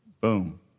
boom